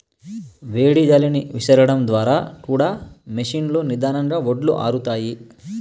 వేడి గాలిని విసరడం ద్వారా కూడా మెషీన్ లో నిదానంగా వడ్లు ఆరుతాయి